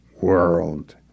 world